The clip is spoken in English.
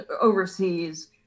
Overseas